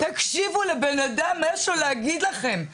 תקשיבו לבן אדם, מה יש לו להגיד לכם.